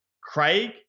Craig